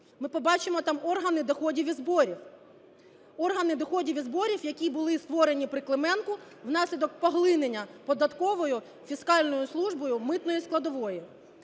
Ми побачимо там органи доходів і зборів. Органи доходів і зборів, які були створені при Клименку внаслідок поглинення податковою фіскальною службою митної складової.